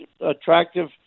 attractive